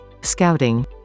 Scouting